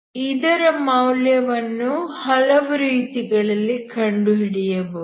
ಇದರ ಮೌಲ್ಯವನ್ನು ಹಲವು ರೀತಿಗಳಲ್ಲಿ ಕಂಡುಹಿಡಿಯಬಹುದು